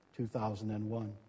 2001